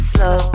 Slow